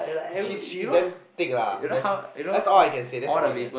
she's she's damn thick lah that's that's all I can say that's all I can say